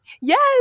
Yes